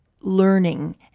learning